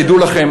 תדעו לכם,